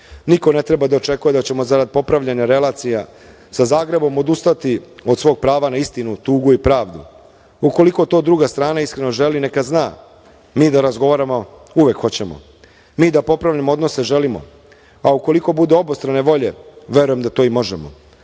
Niko ne treba da očekuje da ćemo zarad popravljanja relacija sa Zagrebom odustati od svog prava na istinu, tugu i pravdu. Ukoliko to druga strana iskreno želi, neka zna, mi da razgovaramo uvek hoćemo. Mi da popravljamo odnose želimo, a ukoliko bude obostrane volje, verujem da to i možemo. Srbi